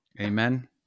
Amen